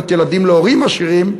להיות ילדים להורים עשירים,